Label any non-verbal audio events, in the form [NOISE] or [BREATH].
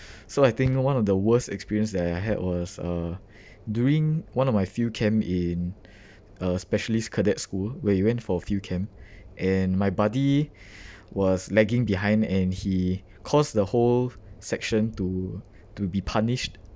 so I think one of the worst experience that I had was uh [BREATH] during one of my field camp in [BREATH] uh specialist cadet school where we went for field camp [BREATH] and my buddy [BREATH] was lagging behind and he caused the whole section to to be punished